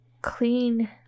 clean